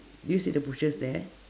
do you see the butchers there